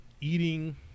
eating